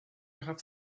have